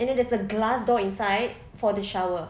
and then there's a glass door inside for the shower